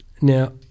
Now